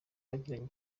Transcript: bagiranye